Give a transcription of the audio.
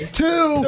two